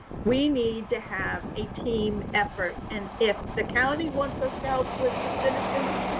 we need to have a team effort. and if the county wants us to help with the citizens,